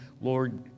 lord